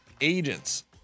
agents